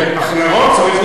נכון, צריך לאכוף.